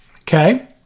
okay